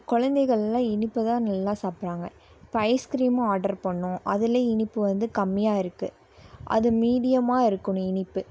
குழந்தைகள்லாம் இனிப்பு தான் நல்லா சாப்பிட்றாங்க இப்போ ஐஸ்கிரீமும் ஆர்ட்ரு பண்ணோம் அதில் இனிப்பு வந்து கம்மியாக இருக்குது அது மீடியமாக இருக்கணும் இனிப்பு